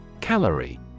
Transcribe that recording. Calorie